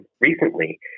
recently